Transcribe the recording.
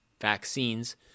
vaccines